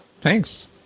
Thanks